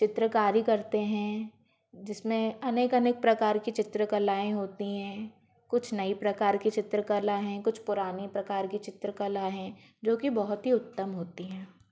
चित्रकारी करते हैं जिसमें अनेक अनेक प्रकार के चित्र कलाएं होती हैं कुछ नई प्रकार के चित्रकला है कुछ पुरानी प्रकार के चित्रकला है जो की बहुत ही उत्तम होती हैं